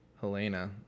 Helena